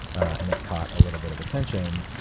and it caught a little bit of attention.